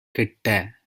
கெட்ட